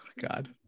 god